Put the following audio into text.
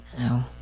No